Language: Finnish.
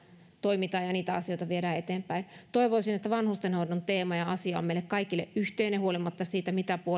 toimitaan ja niitä asioita viedään eteenpäin toivoisin että vanhustenhoidon teema ja asia on meille kaikille yhteinen huolimatta siitä mitä